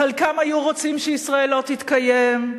חלקם היו רוצים שישראל לא תתקיים,